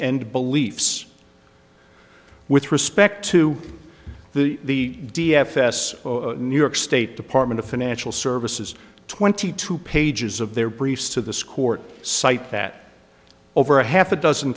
and beliefs with respect to the d f s new york state department of financial services twenty two pages of their briefs to the score site that over a half a dozen